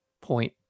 point